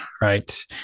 Right